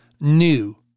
new